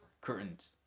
Curtain's